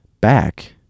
back